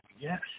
Yes